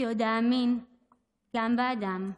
"כי עוד אאמין גם באדם,